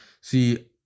See